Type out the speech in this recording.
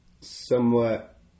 somewhat